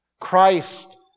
Christ